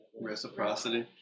Reciprocity